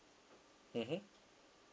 mmhmm